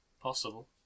possible